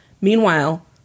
Meanwhile